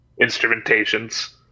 instrumentations